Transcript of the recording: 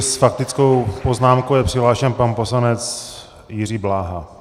S faktickou poznámkou je přihlášen pan poslanec Jiří Bláha.